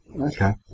Okay